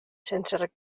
sense